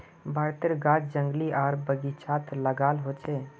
भारतेर गाछ जंगली आर बगिचात लगाल होचे